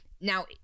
now